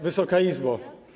Wysoka Izbo!